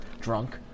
Drunk